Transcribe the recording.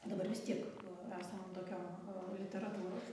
dabar vis tiek esam tokio literatūros